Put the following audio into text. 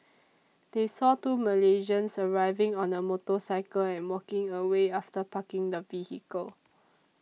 they saw two Malaysians arriving on a motorcycle and walking away after parking the vehicle